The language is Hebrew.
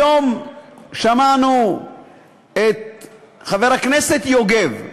היום שמענו את חבר הכנסת יוגב.